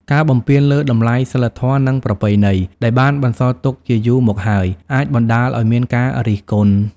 ការបំពានលើតម្លៃសីលធម៌និងប្រពៃណីដែលបានបន្សល់ទុកជាយូរមកហើយ អាចបណ្តាលឲ្យមានការរិះគន់។